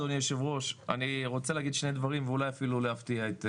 ואולי אפילו להפתיע את חבריי.